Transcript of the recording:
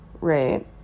right